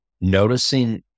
noticing